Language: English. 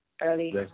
early